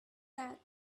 that